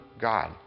God